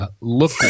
look